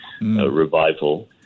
revival